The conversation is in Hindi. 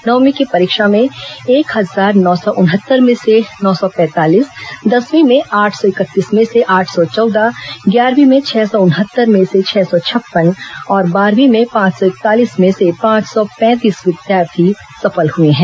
नवमीं की परीक्षा में एक हजार नौ सौ उनहत्तर में से नौ सौ पैंतालीस दसवीं में आठ सौ इकतीस में से आठ सौ चौदह ग्यारहवीं में छह सौ उनहत्तर में से छह सौ छप्पन और बारहवीं में पांच सौ इकतालीस में से पांच सौ पैंतीस परीक्षार्थी सफल हुए हैं